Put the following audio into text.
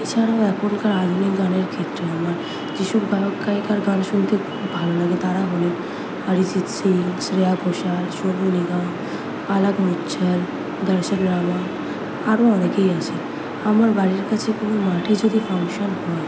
এছাড়াও এখনকার আধুনিক গানের ক্ষেত্রে আমার যে সব গায়ক গায়িকার গান শুনতে খুব ভালো লাগে তারা হলেন আরিজিৎ সিং শ্রেয়া ঘোষাল সোনু নিগম পলক মুচ্ছল দর্শন রাভাল আরও অনেকেই আছে আমার বাড়ির কাছে কোনো মাঠে যদি ফাংশন হয়